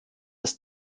das